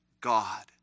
God